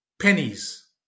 pennies